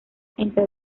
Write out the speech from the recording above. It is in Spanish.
entre